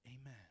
Amen